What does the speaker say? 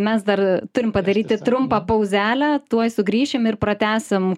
mes dar turim padaryti trumpą pauzelę tuoj sugrįšim ir pratęsim